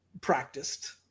practiced